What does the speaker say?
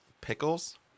pickles